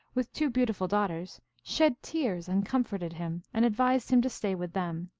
with two beautiful daughters, shed tears and comforted him, and advised him to stay with them.